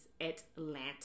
Atlanta